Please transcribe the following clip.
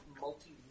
multi